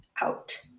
out